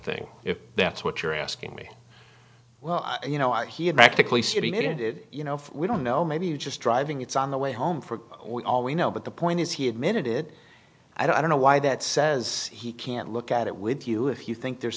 thing if that's what you're asking me well you know he had practically sitting in it you know we don't know maybe you just driving it's on the way home for all we know but the point is he admitted it i don't know why that says he can't look at it with you if you think there's